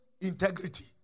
integrity